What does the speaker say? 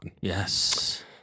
Yes